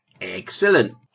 Excellent